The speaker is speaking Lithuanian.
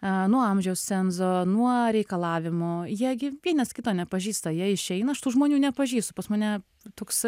a nuo amžiaus cenzo nuo reikalavimų jie gi vienas kito nepažįsta jie išeina aš tų žmonių nepažįstu pas mane toks